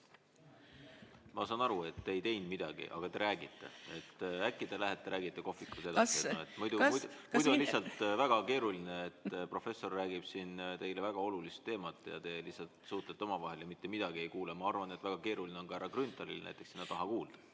Ma saan aru, et te ei teinud midagi, aga te räägite. Äkki te lähete ja räägite kohvikus edasi? Muidu on lihtsalt väga keeruline, et professor räägib siin teile väga olulisel teemal, aga te lihtsalt suhtlete omavahel ja mitte midagi ei kuule. Ma arvan, et väga keeruline on ka näiteks härra Grünthalil sinna taha kuulda.